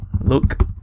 Look